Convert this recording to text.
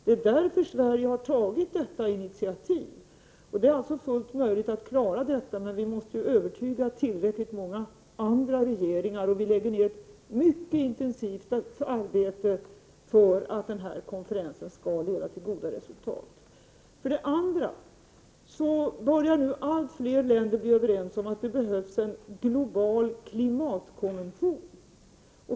Det är därför Sverige har tagit detta initiativ. En lösning är alltså fullt möjlig, men vi måste övertyga tillräckligt många andra regeringar. Vi lägger ned ett mycket intensivt arbete för att den här konferensen skall leda till goda resultat. För det andra börjar nu allt fler länder bli överens om att det behövs en global klimatkonvention.